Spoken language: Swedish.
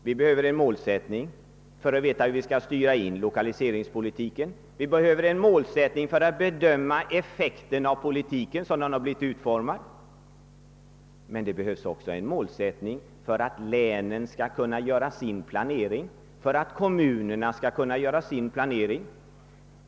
Vi behöver en målsättning för att veta hur vi skall styra lokaliseringspolitiken och för att bedöma effekten av politiken sådan den blivit utformad. Det behövs även en målsättning för att länen och kommunerna skall kunna göra sin planering.